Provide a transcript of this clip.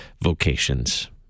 vocations